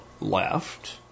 left